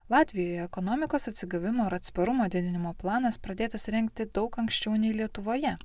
latvijoje ekonomikos atsigavimo ir atsparumo didinimo planas pradėtas rengti daug anksčiau nei lietuvoje